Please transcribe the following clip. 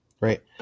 right